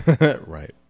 Right